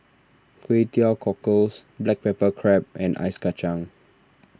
Kway Teow Cockles Black Pepper Crab and Ice Kacang